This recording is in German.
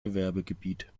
gewerbegebiet